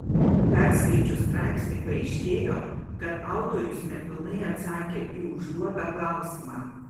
perskaičius straipsnį paaiškėjo kad autorius nepilnai atsakė į užduotą klausimą